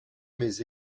mais